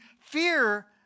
fear